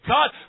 God